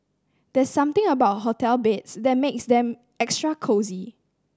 there's something about hotel beds that makes them extra cosy